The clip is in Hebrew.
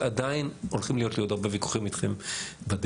עדיין הולכים להיות לי עוד הרבה ויכוחים אתכם בדרך,